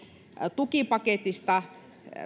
tukipaketista